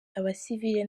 abasivili